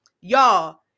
y'all